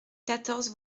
quatorze